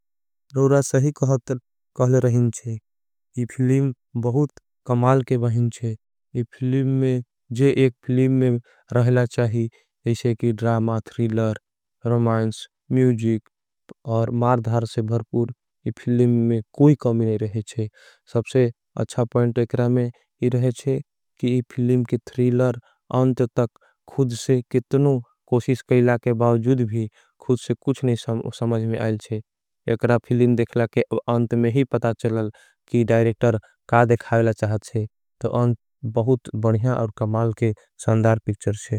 इस फिलीम बहुत कमाल के बाहिन है ये एक फिलीम में। रहना चाहिए जैसे की ड्रामा थ्रीलर रोमाइंस म्यूजिक और। मार्धार से भर्पूर इस फिलीम में कोई कामी नहीं रहे है। सबसे अच्छा पॉइंट एकरा में ही रहे है कि इस फिलीम। की थ्रीलर अन्त तक खुद से कितनू कोशिष केला के। बावजूद भी खुद से कुछ नहीं समझ में आयेल शे। एकरा फिलीम देखला के अन्त में ही पता चला। कि डाइरेक्टर का देखावेला चाहत है तो अन्त बहुत बढ़ियां और कमाल के संधार पिक्चर है।